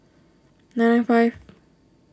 nine nine five